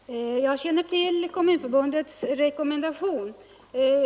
Herr talman! Jag kände till Kommunförbundets rekommendation.